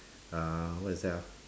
uh what is that ah